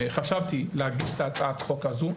חשבתי להגיש את ההצעת חוק הזו,